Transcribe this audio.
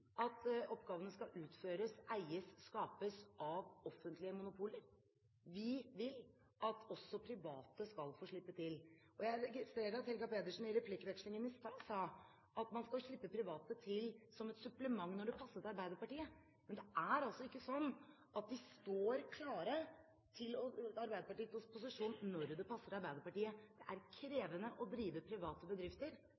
at oppgavene skal utføres, eies og skapes av offentlige monopoler. Vi vil at også private skal få slippe til. Jeg registrerer at Helga Pedersen i replikkvekslingen i stad sa at man skal slippe private til som et supplement når det passer Arbeiderpartiet. Men det er altså ikke sånn at de står klare til Arbeiderpartiets disposisjon når det passer Arbeiderpartiet. Det er